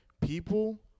People